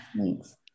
Thanks